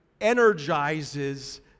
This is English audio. energizes